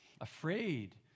afraid